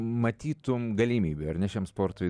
matytum galimybių ar ne šiam sportui